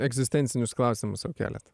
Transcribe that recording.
egzistencinius klausimus sau keliat